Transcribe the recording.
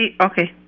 Okay